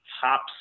hops